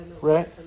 right